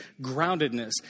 groundedness